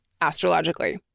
astrologically